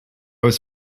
was